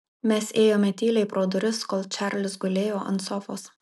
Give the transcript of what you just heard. mes ėjome tyliai pro duris kol čarlis gulėjo ant sofos